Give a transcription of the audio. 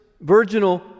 virginal